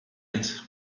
dance